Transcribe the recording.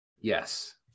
Yes